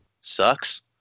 sucks